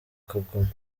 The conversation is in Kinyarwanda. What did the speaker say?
kigoma